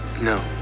No